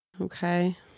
Okay